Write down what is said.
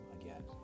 again